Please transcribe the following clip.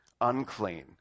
unclean